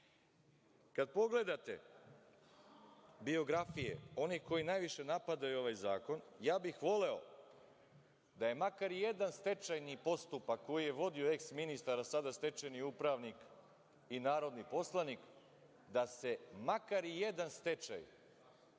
pogledate biografije onih koji najviše napadaju ovaj zakon, ja bih voleo da je makar jedan stečajni postupak koji je vodio eks ministar a sada stečajni upravnik i narodni poslanik, da se makar jedan stečaj